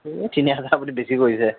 সেই তিনিহাজাৰ আপুনি বেছি কৈছে